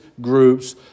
groups